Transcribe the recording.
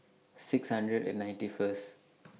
six hundred and ninety First